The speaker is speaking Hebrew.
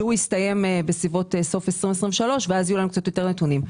שהוא יסתיים בסביבות סוף 2023 ואז יהיו לנו קצת יותר נתונים.